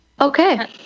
Okay